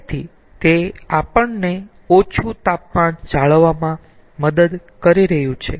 તેથી તે આપણને ઓછું તાપમાન જાળવવામાં મદદ કરી રહ્યું છે